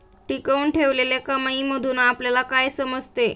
टिकवून ठेवलेल्या कमाईमधून आपल्याला काय समजते?